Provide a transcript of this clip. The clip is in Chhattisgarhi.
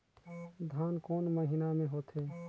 धान कोन महीना मे होथे?